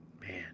Man